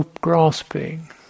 Grasping